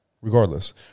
regardless